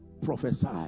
prophesy